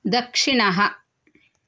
दक्षिणः